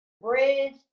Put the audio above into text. bridge